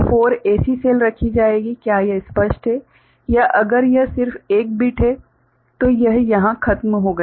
तो 4 ऐसी सेल रखी जाएंगी क्या यह स्पष्ट है या अगर यह सिर्फ एक बिट है तो यह यहां खत्म हो गया है